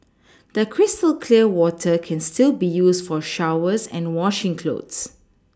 the crystal clear water can still be used for showers and washing clothes